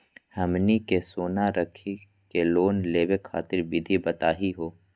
हमनी के सोना रखी के लोन लेवे खातीर विधि बताही हो?